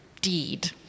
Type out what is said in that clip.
deed